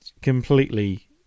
completely